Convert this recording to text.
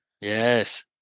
Yes